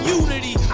unity